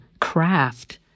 craft